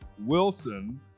Wilson